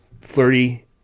flirty